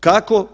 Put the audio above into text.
Kako?